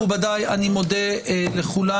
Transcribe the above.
מכובדיי, אני מודה לכולם.